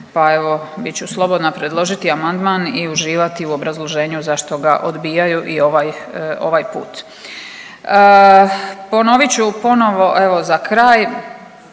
pa evo bit ću slobodna predložiti amandman i uživati u obrazloženju zašto ga odbijaju i ovaj put. Ponovit ću ponovo evo za kraj